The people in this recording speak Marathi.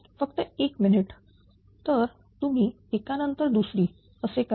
फक्त एक मिनिट तर तुम्ही एकानंतर दुसरी असे करा